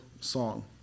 song